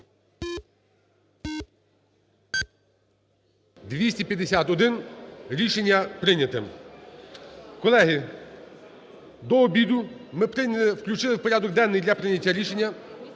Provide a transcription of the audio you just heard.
За-251 Рішення прийнято. Колеги, до обіду ми включили в порядок денний для прийняття рішення